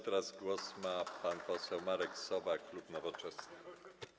Teraz głos ma pan poseł Marek Sowa, klub Nowoczesna.